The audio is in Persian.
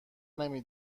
نمی